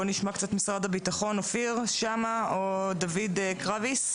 בואו ונשמע קצת ממשרד הביטחון את אופיר שמא או דוד קרביס.